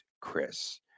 Chris